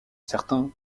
certains